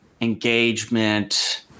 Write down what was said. engagement